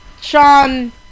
Sean